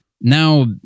Now